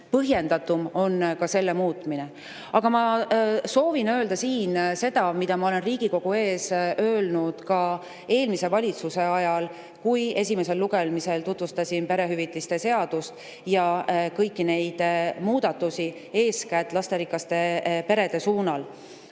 põhjendatum on ka selle muutmine. Aga ma soovin öelda siin seda, mida ma olen Riigikogu ees öelnud ka eelmise valitsuse ajal, kui esimesel lugemisel tutvustasin perehüvitiste seadust ja kõiki neid muudatusi eeskätt lasterikaste perede suunal.